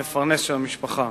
המפרנס של המשפחה.